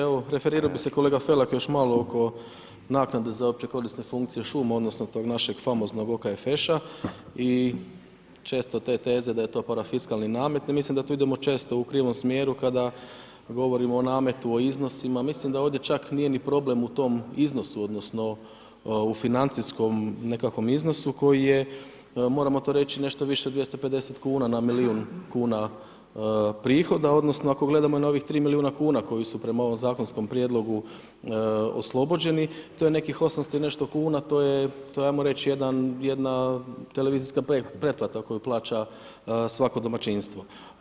Evo referirao bi se kolega Felak, još malo oko naknade za opće korisne funkcije šuma odnosno za našeg famoznog OKFŠ-a i često te teze da je to parafiskalni namet, ne mislim da tu idemo često u krivom smjeru kada govorimo o nametu, iznosima, mislim da ovdje čak nije ni problem u tom iznosu odnosno u financijskom nekakvom iznosu koji je, moramo to reći nešto više od 250 kuna na milijun kuna prihoda odnosno ako gledamo ovih 3 milijuna kuna koji su prema ovom zakonskom prijedlogu oslobođeni, to je nekih 800 i nešto kuna, to je ajmo reći jedna TV pretplata koju plaća svako domaćinstvo.